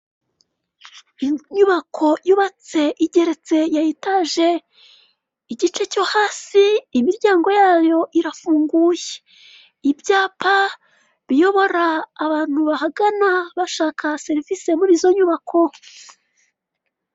Inyubako yubatse igeretse, ya etaje. Igice cyo hasi, imiryango yayo irafunguye. Ibyapa biyobora abantu bahagana bashaka serivise muri izo nyubako.